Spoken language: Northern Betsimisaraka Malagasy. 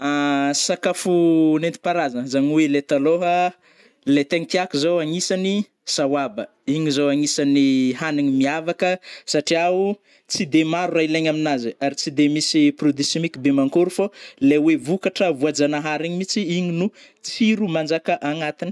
Sakafo nentim-paharazagna zagny oe le talôha le tegna tiako agnisany sahoaba, igny zô agnisany hanigny miavaka satria o tsy de maro ra ilaigny aminazy, ary tsy de misy produit simiky be mankôry fô le oe vokatra voajanahary igny mitsy igny no tsiro manjaka agnatiny.